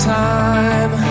time